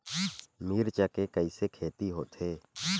मिर्च के कइसे खेती होथे?